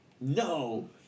No